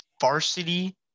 varsity